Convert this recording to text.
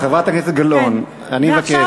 חברת הכנסת גלאון, אני מבקש.